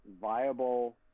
viable